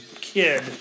kid